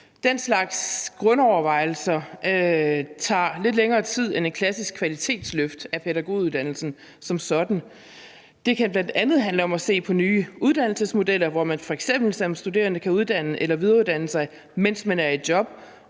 Den slags grundovervejelser tager lidt længere tid end et klassisk kvalitetsløft af pædagoguddannelsen som sådan. Det kan bl.a. handle om at se på nye uddannelsesmodeller, hvor man f.eks. som studerende kan uddanne sig eller videreuddanne sig, mens man er i job,